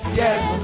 yes